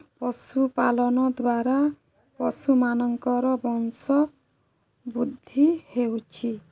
ପଶୁପାଳନ ଦ୍ୱାରା ପଶୁମାନଙ୍କର ବଂଶ ବୃଦ୍ଧି ହେଉଛି